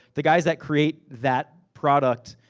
the guys that create that product,